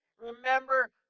Remember